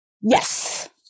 Yes